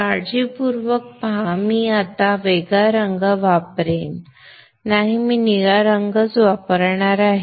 काळजीपूर्वक पहा मी आता वेगळा रंग वापरेन नाही मी निळा रंगच वापरणार आहे